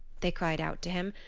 they cried out to him.